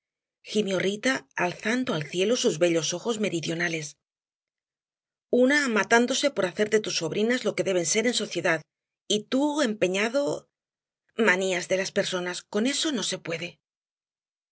rita alzando al cielo sus bellos ojos meridionales una matándose por hacer de tus sobrinas lo que deben ser en sociedad y tú empeñado manías de las personas con eso no se puede